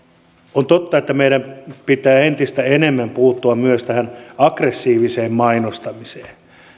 on totta että meidän pitää entistä enemmän puuttua myös tähän aggressiiviseen mainostamiseen